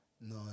No